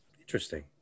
Interesting